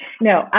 No